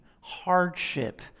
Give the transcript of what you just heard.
hardship